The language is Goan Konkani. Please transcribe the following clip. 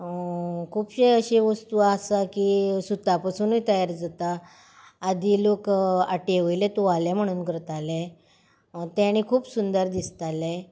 खुबशे अश्यो वस्तू आसा की सुता पसुनूय तयार जाता आदी लोक आटये वयले तुवाले म्हणून करताले ते आनी खूब सुंदर दिसताले